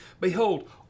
Behold